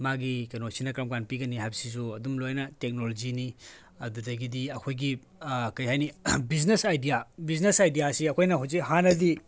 ꯃꯥꯒꯤ ꯀꯩꯅꯣꯁꯤꯅ ꯀꯔꯝ ꯀꯥꯟꯗ ꯄꯤꯒꯅꯤ ꯍꯥꯏꯕꯁꯤꯁꯨ ꯑꯗꯨꯝ ꯂꯣꯏꯅ ꯇꯦꯛꯅꯣꯂꯣꯖꯤꯅꯤ ꯑꯗꯨꯗꯒꯤꯗꯤ ꯑꯩꯈꯣꯏꯒꯤ ꯀꯔꯤ ꯍꯥꯏꯅꯤ ꯕꯤꯖꯤꯅꯦꯁ ꯑꯥꯏꯗꯤꯌꯥ ꯕꯤꯖꯤꯅꯦꯁ ꯑꯥꯏꯗꯤꯌꯥꯁꯤ ꯑꯩꯈꯣꯏꯅ ꯍꯧꯖꯤꯛ ꯍꯥꯟꯅꯗꯤ